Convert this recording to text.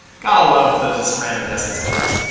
gotta love the just random guessing sometimes.